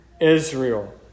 Israel